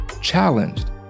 challenged